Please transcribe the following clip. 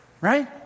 Right